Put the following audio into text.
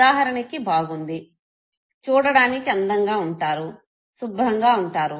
ఉదాహరణకి బాగుంది చూడడానికి అందంగా వుంటారు శుభ్రంగా వుంటారు